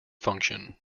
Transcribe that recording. function